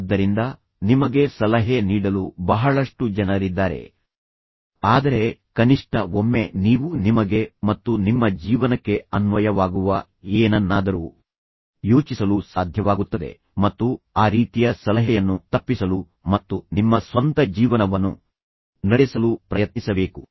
ಆದ್ದರಿಂದ ನಿಮಗೆ ಸಲಹೆ ನೀಡಲು ಬಹಳಷ್ಟು ಜನರಿದ್ದಾರೆ ಆದರೆ ಕನಿಷ್ಠ ಒಮ್ಮೆ ನೀವು ನಿಮಗೆ ಮತ್ತು ನಿಮ್ಮ ಜೀವನಕ್ಕೆ ಅನ್ವಯವಾಗುವ ಏನನ್ನಾದರೂ ಯೋಚಿಸಲು ಸಾಧ್ಯವಾಗುತ್ತದೆ ಮತ್ತು ಆ ರೀತಿಯ ಸಲಹೆಯನ್ನು ತಪ್ಪಿಸಲು ಮತ್ತು ನಿಮ್ಮ ಸ್ವಂತ ಜೀವನವನ್ನು ನಡೆಸಲು ಪ್ರಯತ್ನಿಸಬೇಕು